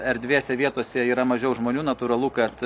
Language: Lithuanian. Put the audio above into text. erdvėse vietose yra mažiau žmonių natūralu kad